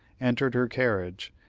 entered her carriage,